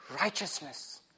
righteousness